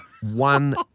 One